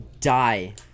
die